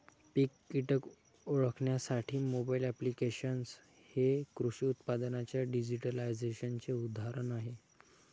पीक कीटक ओळखण्यासाठी mobile applications हे कृषी उत्पादनांच्या डिजिटलायझेशनचे उदाहरण आहे